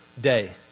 day